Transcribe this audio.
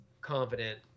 confident